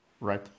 right